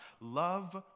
love